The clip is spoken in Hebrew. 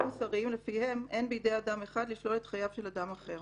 מוסריים לפיהם אין בידי אדם אחד לשלול את חייו של אדם אחר.